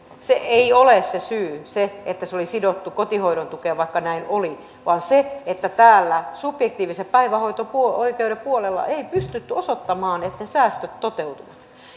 se syy ei ole se että se oli sidottu kotihoidon tukeen vaikka näin oli vaan se että täällä subjektiivisen päivähoito oikeuden puolella ei pystytty osoittamaan että säästöt toteutuvat